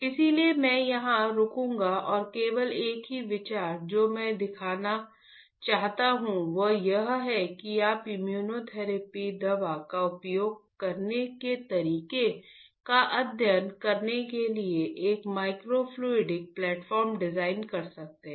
इसलिए मैं यहां रुकूंगा और केवल एक ही विचार जो मैं दिखाना चाहता था वह यह है कि आप इस इम्यूनोथेरेपी दवा का उपयोग करने के तरीके का अध्ययन करने के लिए एक माइक्रोफ्लूडिक प्लेटफॉर्म डिजाइन कर सकते हैं